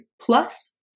plus